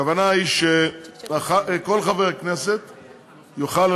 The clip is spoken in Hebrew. הכוונה היא שכל חבר כנסת יוכל,